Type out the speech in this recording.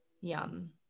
Yum